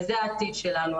וזה העתיד שלנו.